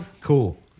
cool